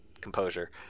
composure